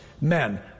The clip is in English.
Men